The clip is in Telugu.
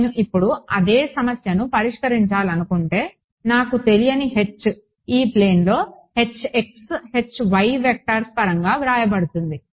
నేను ఇప్పుడు అదే సమస్యను పరిష్కరించాలనుకుంటే నాకు తెలియని H ఈ ప్లేన్లో వెక్టర్స్ పరంగా వ్రాయబడుతుంది